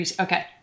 okay